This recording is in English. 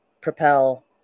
propel